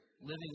living